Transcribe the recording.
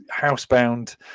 housebound